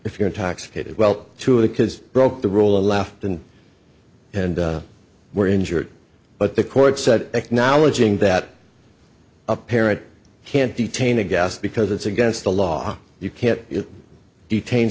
if you're intoxicated well two of the kids broke the rule of law and and were injured but the court said acknowledging that a parent can't detain aghast because it's against the law you can't detain